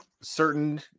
certain